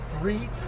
three